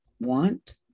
want